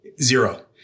Zero